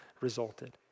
resulted